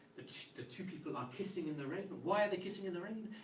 the two people are kissing in the rain. why are they kissing in the rain?